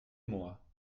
moi